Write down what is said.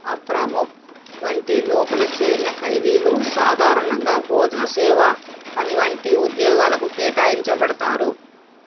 Abramoff వంటి లోపల చేరిన ఖైదీలు సాధారణంగా భోజన సేవ పని వంటి ఉద్యోగాలకు కేటాయించబడతారు